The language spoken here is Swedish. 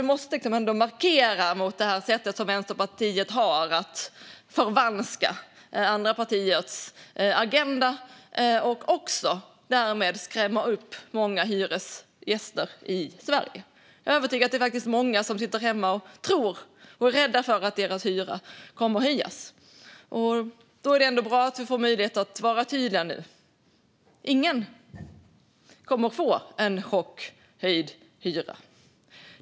Jag måste ändå markera mot Vänsterpartiets sätt att förvanska andra partiers agenda och därmed också skrämma upp många hyresgäster i Sverige. Jag är övertygad om att många nu sitter hemma och faktiskt tror och är rädda för att deras hyra kommer att höjas. Då är det ändå bra att vi nu får möjlighet att vara tydliga: Ingen kommer att få en chockhöjd hyra.